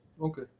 Okay